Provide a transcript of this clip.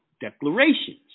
declarations